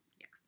Yes